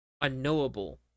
unknowable